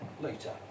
later